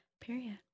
Period